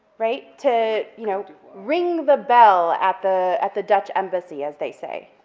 right, to, you know, ring the bell at the at the dutch embassy, as they say,